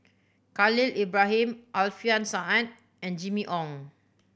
Khalil Ibrahim Alfian Sa'at and Jimmy Ong